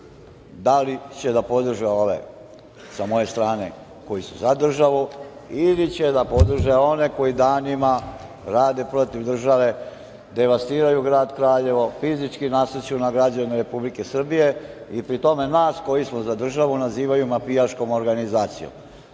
da li će da podrže ove sa moje strane koji su za državu, ili će da podrže one koji danima rade protiv države, devastiraju grad Kraljevo, fizički nasrću na građane Republike Srbije i pri tome nas koji smo za državu nazivaju mafijaškom organizacijom,